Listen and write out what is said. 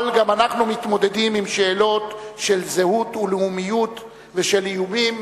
אבל גם אנחנו מתמודדים עם שאלות של זהות ולאומיות ושל איומים